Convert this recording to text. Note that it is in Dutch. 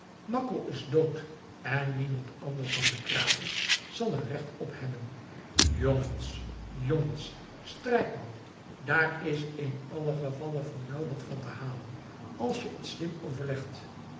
makko is dood en niemand anders dan de krates zal er recht op hebben jongens jongens strijkman daar is in allen gevalle voor jou wat van te halen als je het slim overlegt